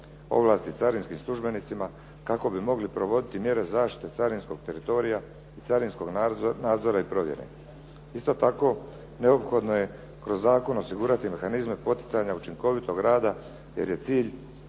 ovlasti carinskim službenicima kako bi mogli provoditi mjere zaštite carinskog teritorija i carinskog nadzora i provjere. Isto tako, neophodno je kroz zakon osigurati mehanizme poticanja učinkovitog rada jer je cilj,